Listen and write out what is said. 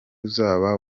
uzaba